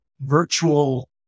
virtual